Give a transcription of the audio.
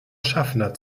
schaffner